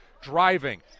Driving